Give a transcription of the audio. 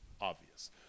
obvious